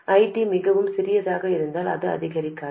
ID மிகவும் சிறியதாக இருந்தால் அது அதிகரிக்கிறது